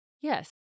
Yes